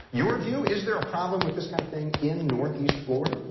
your view is there a problem with this kind of thing in northeast florida?